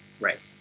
Right